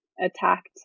attacked